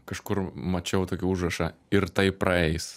kažkur mačiau tokį užrašą ir tai praeis